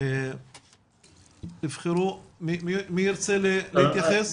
תבחרו מי ירצה להתייחס.